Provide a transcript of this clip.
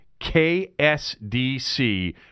KSDC